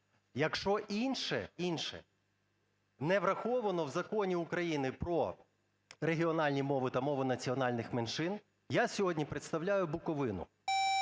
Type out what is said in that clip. інше, інше не враховано в Законі України про регіональні мови та мови національних меншин. Я сьогодні представляю Буковину.